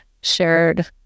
shared